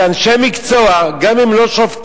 זה אנשי מקצוע, גם אם לא שופטים.